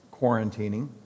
quarantining